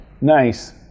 Nice